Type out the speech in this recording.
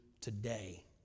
today